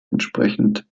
entsprechend